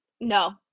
no